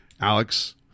Alex